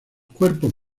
cuerpos